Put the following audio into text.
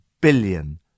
billion